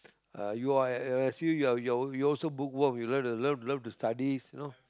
uh you are at a assume you're you're you are also bookworm you love to love love to study you know